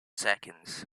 seconds